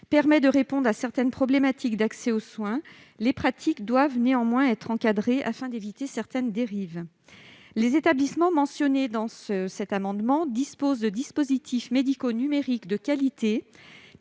permet de répondre à certaines difficultés d'accès aux soins, les pratiques doivent néanmoins être encadrées afin d'éviter certaines dérives. Les établissements mentionnés dans cet amendement bénéficient de dispositifs médicaux numériques de qualité,